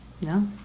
No